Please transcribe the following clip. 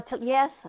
yes